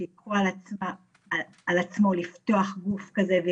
על מנת שיקח על עצמו לפתוח גוף תחתיו,